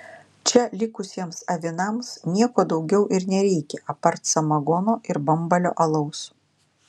čia likusiems avinams nieko daugiau ir nereikia apart samagono ir bambalio alaus